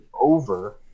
over